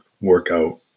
workout